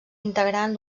integrant